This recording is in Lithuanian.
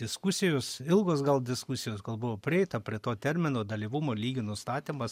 diskusijos ilgos gal diskusijos gal buvo prieita prie to termino dalyvumo lygio nustatymas